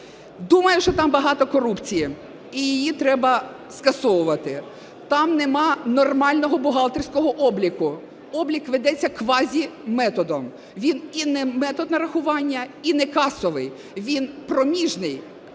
Думаю, що там багато корупції, і її треба скасовувати. Там немає нормального бухгалтерського обліку, облік ведеться квазіметодом. Він і не метод нарахування, і не касовий – він проміжний.